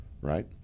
right